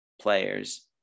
players